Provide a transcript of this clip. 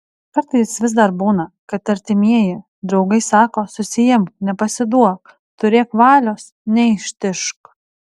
kartais vis dar būna kad artimieji draugai sako susiimk nepasiduok turėk valios neištižk